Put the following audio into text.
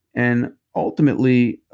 and ultimately,